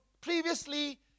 previously